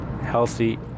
healthy